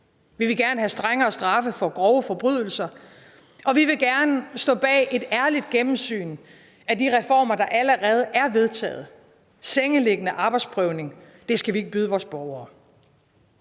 Vi vil gerne have strengere straffe for grove forbrydelser, og vi vil gerne stå bag et ærligt gennemsyn af de reformer, der allerede er vedtaget. Sengeliggende arbejdsprøvning skal vi ikke byde vores borgere.